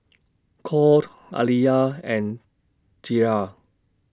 Colt Aliyah and Thyra